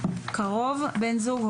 "קרוב" בן זוג,